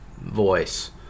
voice